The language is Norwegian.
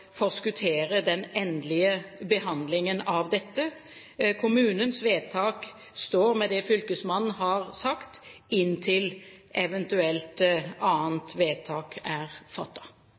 forskuttere den endelige behandlingen av dette. Kommunens vedtak står med det fylkesmannen har sagt, inntil eventuelt annet vedtak er